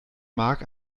mark